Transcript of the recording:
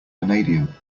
vanadium